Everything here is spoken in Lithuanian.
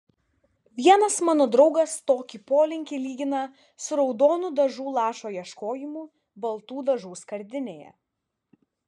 vienas mano draugas tokį polinkį lygina su raudonų dažų lašo ieškojimu baltų dažų skardinėje